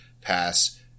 pass